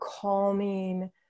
calming